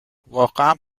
واقعا